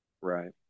right